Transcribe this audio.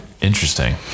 interesting